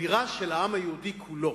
כבירה של העם היהודי כולו.